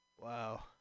Wow